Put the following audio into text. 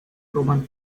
roman